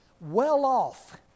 well-off